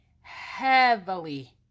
heavily